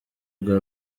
bwa